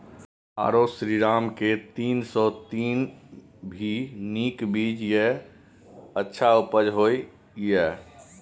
आरो श्रीराम के तीन सौ तीन भी नीक बीज ये अच्छा उपज होय इय?